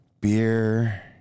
beer